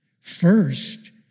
First